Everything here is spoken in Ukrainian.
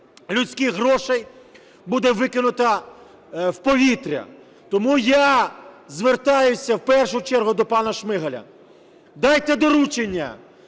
людських грошей буде викинута в повітря. Тому я звертаюся в першу чергу до пана Шмигаля. Дайте доручення